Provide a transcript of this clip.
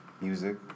Music